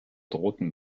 drohten